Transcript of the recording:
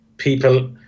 People